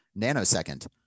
nanosecond